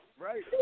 Right